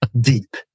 deep